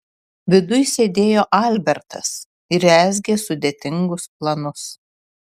viduj sėdėjo albertas ir rezgė sudėtingus planus